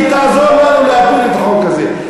היא תעזור לנו להפיל את החוק הזה.